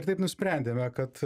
ir taip nusprendėme kad